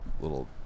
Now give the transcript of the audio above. little